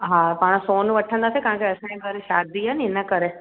हा पाणि सोन वठंदासीं छाकणि असांजे घरु शादी आहे न हिन करे